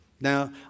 Now